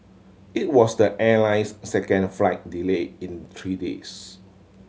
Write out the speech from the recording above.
it was the airline's second flight delay in three days